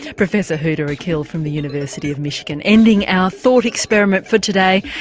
professor huda akil from the university of michigan ending our thought experiment for today.